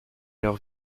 leurs